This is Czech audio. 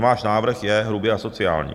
Ten váš návrh je hrubě asociální.